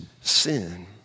sin